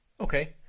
Okay